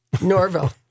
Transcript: Norville